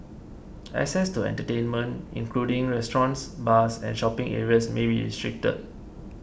access to entertainment including restaurants bars and shopping areas may be restricted